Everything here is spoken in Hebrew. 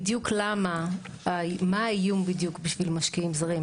מה האיום בדיוק בשביל משקיעים זרים?